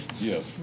Yes